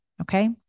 Okay